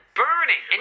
burning